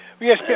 Yes